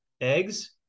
eggs